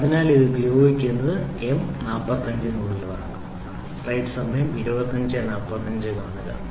അതിനാൽ ഇത് ഉപയോഗിക്കുന്നത് ഇത് M 45 നുള്ളതാണ്